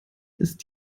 ist